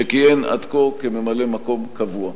שכיהן עד כה כממלא-מקום קבוע.